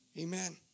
amen